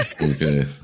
Okay